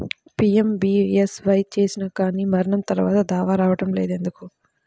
PMBSY చేసినా కానీ మరణం తర్వాత దావా రావటం లేదు ఎందుకు?